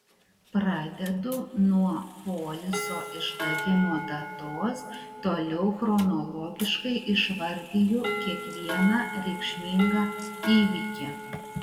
pradedu nuo poliso išdavimo datos toliau chronologiškai išvardiju kiekvieną reikšmingą įvykį